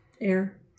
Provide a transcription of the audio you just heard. air